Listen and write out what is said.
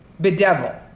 Bedevil